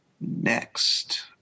Next